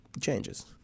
changes